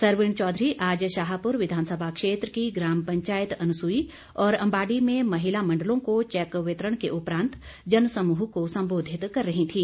सरवीण चौधरी आज शाहपुर विधानसभा क्षेत्र की ग्राम पंचायत अनसुई और अम्बाडी में महिला मण्डलों को चैक वितरण के उपरांत जनसमूह को सम्बोधित कर रही थीं